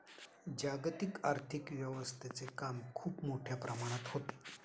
जागतिक आर्थिक व्यवस्थेचे काम खूप मोठ्या प्रमाणात होते